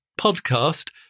podcast